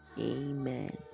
Amen